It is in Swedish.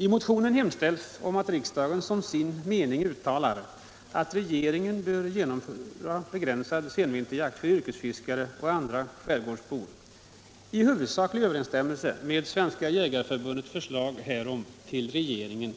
I motionen hemställs att riksdagen som sin mening uttalar att regeringen bör genomföra begränsad senvinterjakt för yrkesfiskare och andra skärgårdsbor i huvudsaklig överensstämmelse med Svenska jägareför bundets förslag härom till regeringen